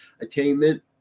attainment